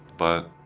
but,